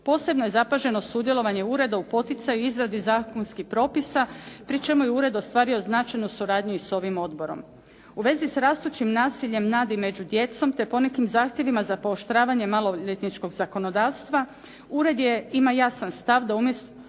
Posebno je zapaženo sudjelovanje ureda u poticaju i izradi zakonskih propisa pri čemu je ured ostvario značajnu suradnju i s ovim odborom. U vezi s rastućim nasiljem nad i među djecom te ponekim zahtjevima za pooštravanje maloljetničkog zakonodavstva, ured ima jasan stav da umjesto